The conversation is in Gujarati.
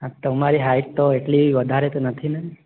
તમારી હાઇટ તો એટલી વધારે તો નથી ને